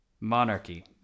monarchy